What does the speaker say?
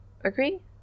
Agree